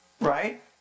Right